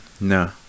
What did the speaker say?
No